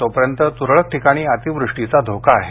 तोपर्यंत त्रळक ठिकाणी अतिवृष्टीचा धोका आहे